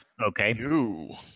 Okay